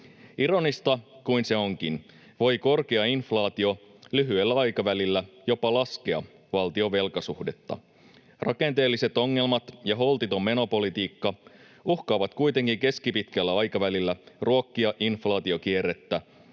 ironista kuin se onkin, voi korkea inflaatio lyhyellä aikavälillä jopa laskea valtion velkasuhdetta. Rakenteelliset ongelmat ja holtiton menopolitiikka uhkaavat kuitenkin keskipitkällä aikavälillä ruokkia inflaatiokierrettä,